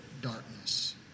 darkness